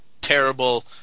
terrible